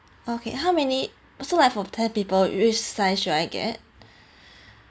okay how many so like for ten people which size should I get